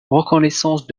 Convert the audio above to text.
reconnaissance